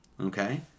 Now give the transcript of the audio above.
Okay